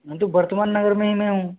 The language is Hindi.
हाँ तो वर्तमान नगर में ही मैं हूँ